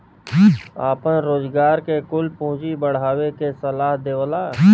आपन रोजगार के कुल पूँजी बढ़ावे के सलाह देवला